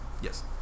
Yes